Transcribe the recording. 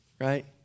right